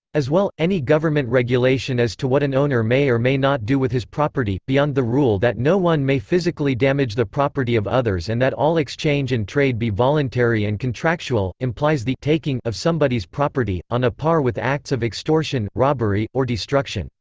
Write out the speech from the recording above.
as well, any government regulation as to what an owner may or may not do with his property beyond the rule that no one may physically damage the property of others and that all exchange and trade be voluntary and contractual implies the taking of somebody's property, on a par with acts of extortion, robbery, or destruction.